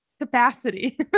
capacity